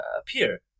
appear